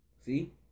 see